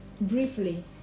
briefly